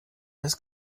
des